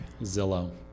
Zillow